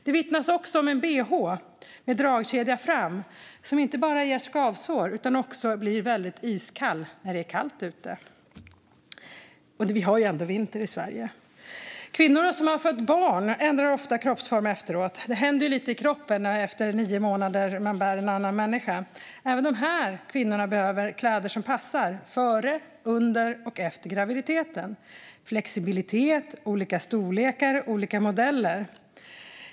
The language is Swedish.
Det vittnas också om en bh med dragkedja fram som inte bara ger skavsår utan som också blir iskall när det är kallt ute. Och vi har ändå vinter i Sverige. Kvinnor som har fött barn ändrar ofta kroppsform efteråt. Det händer ju lite i kroppen efter nio månader när man har burit en annan människa. Även dessa kvinnor behöver kläder som passar före, under och efter graviditeten - flexibilitet, olika storlekar och olika modeller.